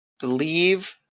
believe